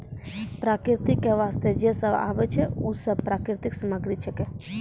प्रकृति क वास्ते जे सब आबै छै, उ सब प्राकृतिक सामग्री छिकै